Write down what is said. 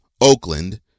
Oakland